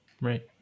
Right